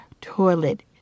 Toilet